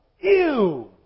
ew